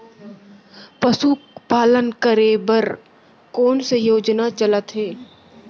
पशुपालन करे बर कोन से योजना चलत हे?